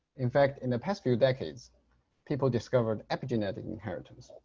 in fact, in the past few decades people discovered epigenetic inheritance.